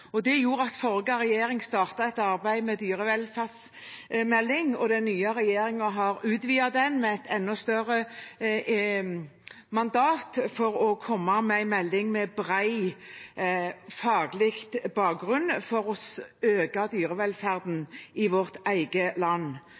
for. Det gjorde at forrige regjering startet et arbeid med dyrevelferdsmelding, og den nye regjeringen har utvidet den med et enda større mandat for å komme med en melding med bred faglig bakgrunn – for å øke dyrevelferden i vårt eget land.